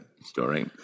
story